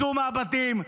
צאו מהבתים,